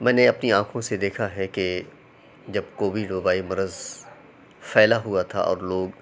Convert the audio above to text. میں نے اپنی آنکھوں سے دیکھا ہے کہ جب کووڈ وبائی مرض پھیلا ہُوا تھا اور لوگ